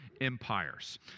empires